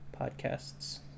podcasts